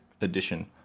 edition